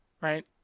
right